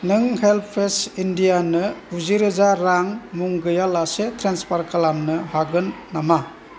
नों हेल्पेज इन्डियानो गुजिरोजा रां मुं गैयालासै ट्रेन्सफार खालामनो हागोन नामा